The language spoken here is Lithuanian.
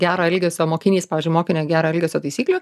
gero elgesio mokinys pavyzdžiui mokinio gero elgesio taisyklių